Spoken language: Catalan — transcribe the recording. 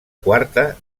quarta